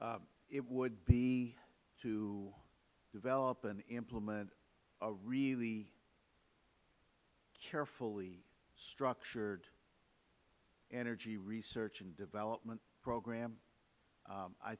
lane it would be to develop and implement a really carefully structured energy research and development program